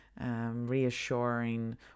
Reassuring